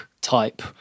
type